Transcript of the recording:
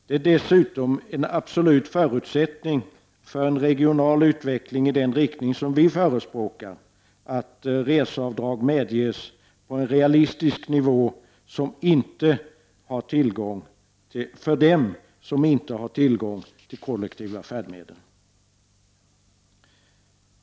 Det är dessutom en absolut förutsättning för en regional utveckling i den riktning som vi förespråkar, att reseavdraget medges på en realistisk nivå för dem som inte har tillgång till kollektiva färdmedel.